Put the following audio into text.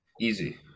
Easy